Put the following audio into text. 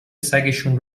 سگشون